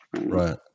right